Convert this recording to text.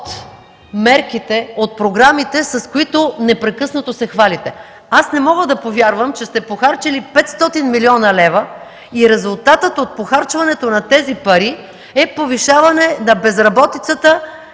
от мерките, от програмите, с които непрекъснато се хвалите? Аз не мога да повярвам, че сте похарчили 500 млн. лв. и резултатът от похарчването на тези пари е повишаване на безработицата